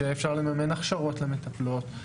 שיהיה אפשר לממן הכשרות למטפלות,